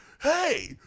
Hey